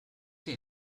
sie